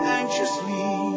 anxiously